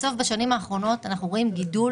בסוף בשנים האחרונות אנחנו רואים גידול